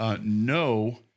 No